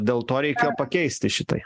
dėl to reikėjo pakeisti šitai